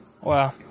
Wow